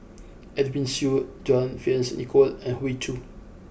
Edwin Siew John Fearns Nicoll and Hoey Choo